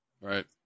right